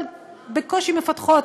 אבל בקושי מפתחות